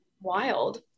wild